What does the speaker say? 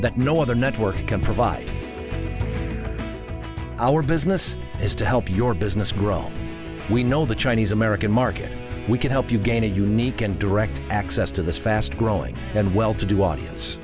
that no other network can provide our business is to help your business grow we know the chinese american market we can help you gain a unique and direct access to this fast growing and well to do audience